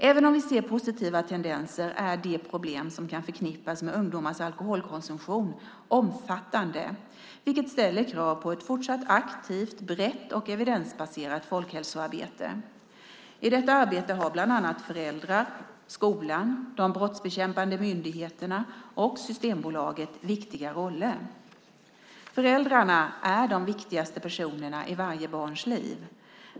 Även om vi ser positiva tendenser är de problem som kan förknippas med ungdomars alkoholkonsumtion omfattande vilket ställer krav på ett fortsatt aktivt, brett och evidensbaserat folkhälsoarbete. I detta arbete har bland annat föräldrar, skolan, de brottsbekämpande myndigheterna och Systembolaget viktiga roller. Föräldrar är de viktigaste personerna i varje barns liv.